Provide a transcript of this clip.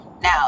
Now